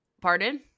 pardon